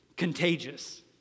contagious